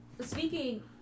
Speaking